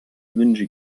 wünsche